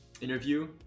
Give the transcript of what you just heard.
interview